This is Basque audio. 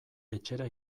etxera